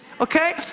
Okay